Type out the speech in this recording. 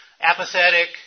apathetic